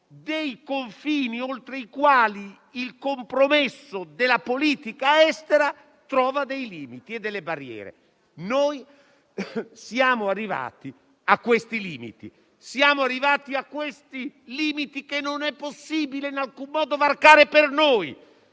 dei confini oltre i quali il compromesso della politica estera incontra dei limiti e delle barriere. Noi siamo arrivati a questi limiti. Siamo arrivati a questi limiti che per noi non è possibile in alcun modo varcare, perché